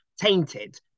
tainted